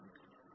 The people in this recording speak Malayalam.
E